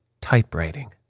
Typewriting